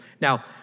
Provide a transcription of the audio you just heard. Now